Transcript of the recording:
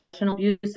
abusive